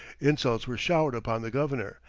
insults were showered upon the governor,